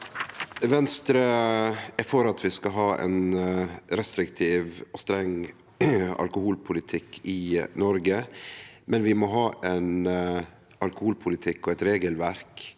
Venstre er for at vi skal ha ein restriktiv og streng alkoholpolitikk i Noreg, men vi må ha ein alkoholpolitikk og eit regelverk